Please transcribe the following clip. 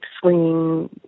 swinging